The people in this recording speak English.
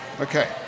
Okay